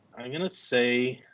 i'm gonna say